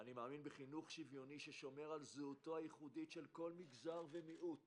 אני מאמין בחינוך שוויוני ששומר על זהותו הייחודית של כל מגזר ומיעוט